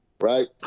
right